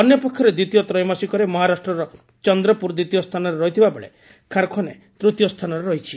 ଅନ୍ୟ ପକ୍ଷରେ ଦ୍ୱିତୀୟ ତ୍ରୟୋମାସିକରେ ମହାରାଷ୍ଟ୍ର ଏବଂ ଚନ୍ଦ୍ରପୁର ଦ୍ୱିତୀୟ ସ୍ଥାନରେ ରହିଥିବା ବେଳେ ଖାରଗୋନେ ତୂତୀୟ ସ୍ଥାନରେ ରହିଛି